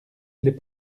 les